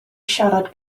siarad